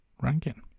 ranking